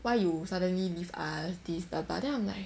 why you suddenly leave us this blah blah then I'm like